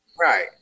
right